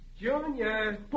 Junior